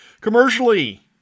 Commercially